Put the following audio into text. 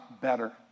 better